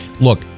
Look